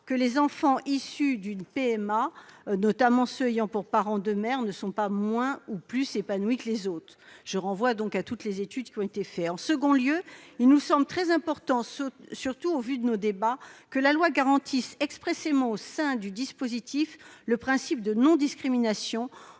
que les enfants issus d'une PMA, notamment ceux qui ont pour parents deux mères, ne sont pas moins épanouis ou plus épanouis que les autres. Je renvoie à toutes les études qui ont été réalisées sur ce sujet. En second lieu, il nous semble très important, surtout au vu de nos discussions, que la loi garantisse expressément au sein du dispositif le principe de non-discrimination,